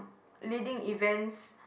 leading events